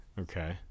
Okay